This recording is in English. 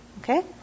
Okay